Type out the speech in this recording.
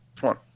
one